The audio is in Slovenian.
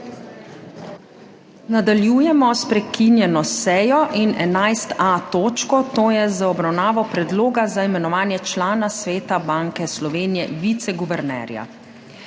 Nadaljujemo s prekinjeno sejo in 11.a točko, to jez obravnavo Predloga za imenovanje člana Sveta Banke Slovenije - viceguvernerja.